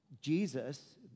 Jesus